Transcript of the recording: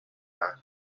баар